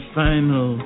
final